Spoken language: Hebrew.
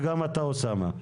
וגם אתה, אוסאמה.